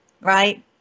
right